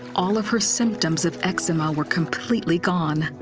all of her symptoms of eczema were completely gone.